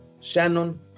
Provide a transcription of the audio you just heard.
Shannon